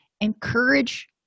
Encourage